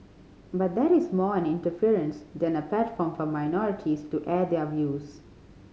but that is more an inference than a platform for minorities to air their views